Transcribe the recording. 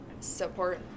support